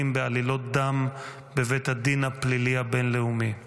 בעלילות דם בבית הדין הפלילי הבין-לאומי.